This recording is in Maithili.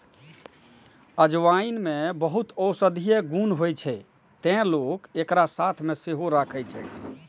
अजवाइन मे बहुत औषधीय गुण होइ छै, तें लोक एकरा साथ मे सेहो राखै छै